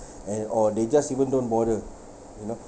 and or they just even don't bother you know